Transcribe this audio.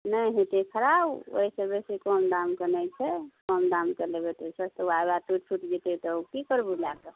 नहि हेतै खराब ओहिसे बेसी कम दामके नहि छै कम दामके लेबै तऽ ओहि सस्ते आबै टूटि फुटि जेतै तऽ आओर की करबै ओ लए कऽ